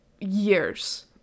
years